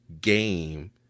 game